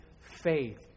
faith